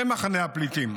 במחנה הפליטים.